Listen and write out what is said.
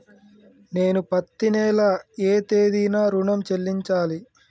నేను పత్తి నెల ఏ తేదీనా ఋణం చెల్లించాలి?